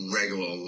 regular